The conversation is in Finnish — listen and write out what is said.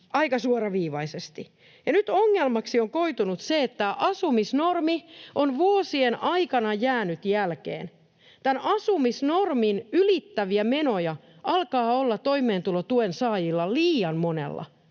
aika suoraviivaisesti. Ja nyt ongelmaksi on koitunut se, että tämä asumisnormi on vuosien aikana jäänyt jälkeen. Tämän asumisnormin ylittäviä menoja alkaa olla toimeentulotuen saajista liian monella.